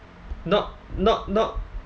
not not not